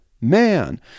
Man